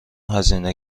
هزینه